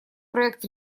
проект